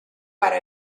para